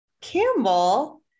Campbell